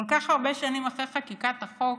כל כך הרבה שנים אחרי חקיקת החוק,